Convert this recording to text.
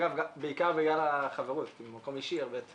אגב, בעיקר בגלל החברות, ממקום אישי הרבה יותר